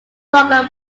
longer